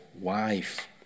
wife